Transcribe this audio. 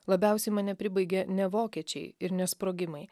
labiausiai mane pribaigė ne vokiečiai ir ne sprogimai